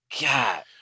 God